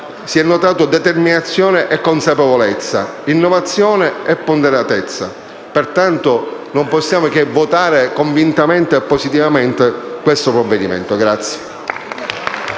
prudenza, determinazione e consapevolezza, innovazione e ponderatezza. Pertanto non possiamo che votare convintamente a favore di questo provvedimento.